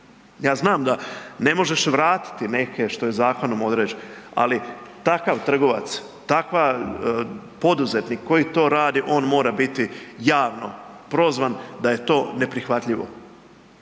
a znam da ne možeš vratiti neke, što je zakonom određeno, ali takav trgovac, takav poduzetnik koji to radi on mora biti javno prozvan da je to neprihvatljivo.